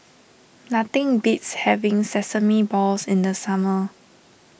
nothing beats having Sesame Balls in the summer